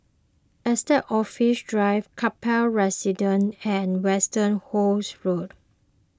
Estate Office Drive Kaplan Residence and Westerhout Road